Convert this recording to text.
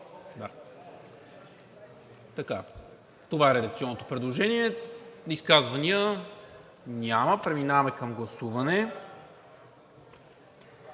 Това е редакционното предложение. Изказвания? Няма. Преминаваме към гласуване.